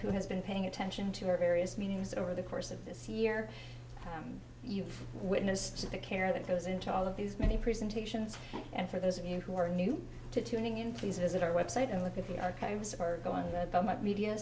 who has been paying attention to our various meetings over the course of this year you've witnessed the care that goes into all of these many presentations and for those of you who are new to tuning in please visit our website and look at the archives are going to the media